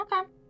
Okay